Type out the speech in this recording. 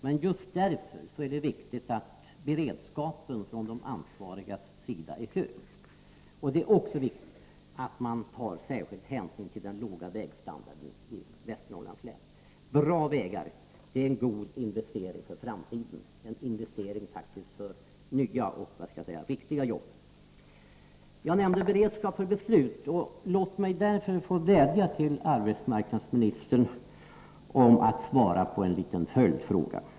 Men just därför är det viktigt att beredskapen från de ansvarigas sida är hög. Och det är också viktigt att ta särskild hänsyn till den låga vägstandarden i Västernorrlands län. Bra vägar är en god investering för framtiden, en investering för nya och viktiga jobb. Jag nämnde beredskap för beslut. Låt mig därför få vädja till arbetsmarknadsministern om att svara på en liten följdfråga.